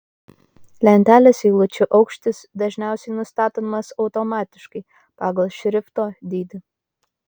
lentelės eilučių aukštis dažniausiai nustatomas automatiškai pagal šrifto dydį